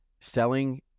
selling